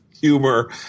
humor